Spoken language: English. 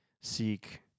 seek